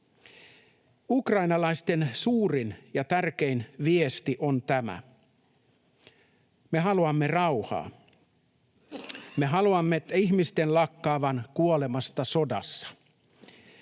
Ukrainalaisten suurin ja tärkein viesti on tämä: Me haluamme rauhaa. Me haluamme, että ihmiset lakkaavat kuolemasta sodassa.